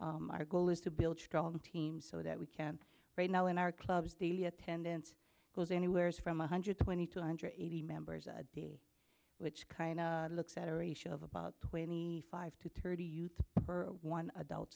resources our goal is to build strong teams so that we can right now in our clubs the attendance goes anywhere from one hundred twenty two hundred eighty members a day which kind of looks at a ratio of about twenty five to thirty youth per one adult